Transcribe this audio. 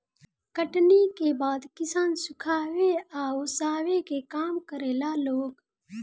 कटनी के बाद किसान सुखावे आ ओसावे के काम करेला लोग